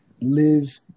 Live